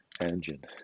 engine